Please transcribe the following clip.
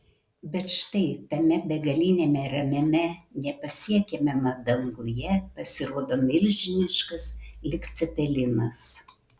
bet štai tame begaliniame ramiame nepasiekiamame danguje pasirodo milžiniškas lyg cepelinas